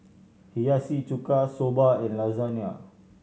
Hiyashi Chuka Soba and Lasagna